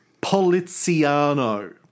Poliziano